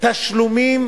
תשלומים